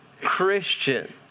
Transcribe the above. Christian